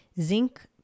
zinc